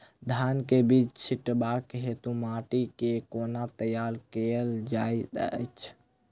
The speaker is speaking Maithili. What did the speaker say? धान केँ बीज छिटबाक हेतु माटि केँ कोना तैयार कएल जाइत अछि?